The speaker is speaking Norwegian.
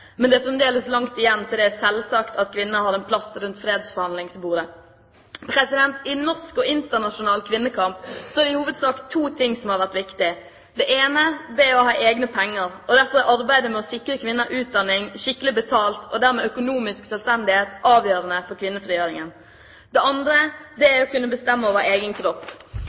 men det er fremdeles langt igjen til det er selvsagt at kvinner har en plass rundt fredsforhandlingsbordet. I norsk og internasjonal kvinnekamp er det i hovedsak to ting som har vært viktig. Det ene er å ha egne penger. Derfor er arbeidet med å sikre kvinner utdanning, skikkelig betalt og dermed økonomisk selvstendighet avgjørende for kvinnefrigjøringen. Det andre er å kunne bestemme over egen kropp.